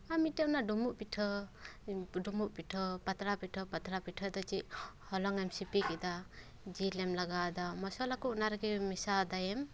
ᱟᱨ ᱢᱤᱫᱴᱮᱱ ᱚᱱᱟ ᱰᱩᱢᱵᱩᱜ ᱯᱤᱴᱷᱟᱹ ᱰᱩᱢᱵᱩᱜ ᱯᱤᱴᱷᱟᱹ ᱯᱟᱛᱲᱟ ᱯᱤᱴᱷᱟᱹ ᱯᱟᱛᱲᱟ ᱯᱤᱴᱷᱟᱹ ᱫᱚ ᱪᱮᱫ ᱦᱚᱞᱚᱝᱮᱢ ᱥᱤᱯᱤ ᱠᱮᱫᱟ ᱡᱤᱞᱮᱢ ᱞᱟᱜᱟᱣ ᱫᱟ ᱢᱚᱥᱚᱞᱟᱠᱚ ᱚᱱᱟ ᱨᱮᱜᱮ ᱢᱮᱥᱟᱣᱫᱟᱭᱮᱢ